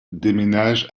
déménage